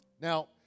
Now